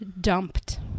dumped